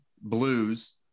Blues